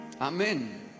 Amen